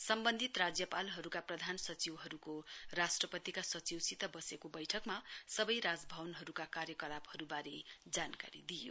सम्बन्धित राज्यपालहरूका प्रधान सचिवहरूको राष्ट्रपतिका सचिवसित बसेको बैठक सबै राजभवनहरूका कार्यकलापहरूबारे जानकारी दिइयो